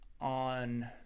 on